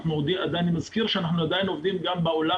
אני מזכיר שאנחנו עדיין עובדים גם בעולם